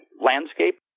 landscape